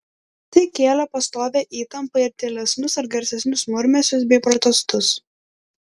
tai kėlė pastovią įtampą ir tylesnius ar garsesnius murmesius bei protestus